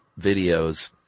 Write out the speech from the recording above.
videos